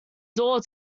door